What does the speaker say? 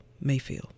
Mayfield